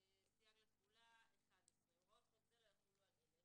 סייג לתחולה 11. הוראות חוק זה לא יחולו על אלה: